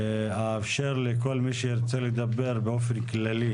אאפשר לכל מי שרוצה לדבר באופן כללי